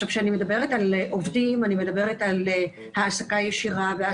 כשאני מדברת על עובדים אני מדברת על העסקה ישירה ועל